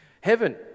Heaven